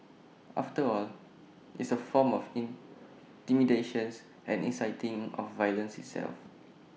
after all it's A form of intimidations and inciting of violence itself